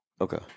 Okay